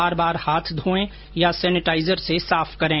बार बार हाथ धोए या सेनेटाइजर से साफ करें